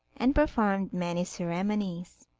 and performed many ceremonies.